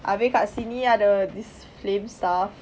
habis kat sini ada this flame stuff